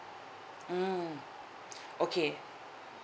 mm okay